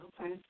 Okay